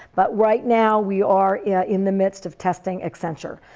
but right now we are in the midst of testing excenture.